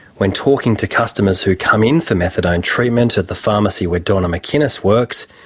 when talking to customers who come in for methadone treatment at the pharmacy where donna mckinnis works,